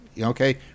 okay